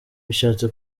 bishatse